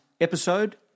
Episode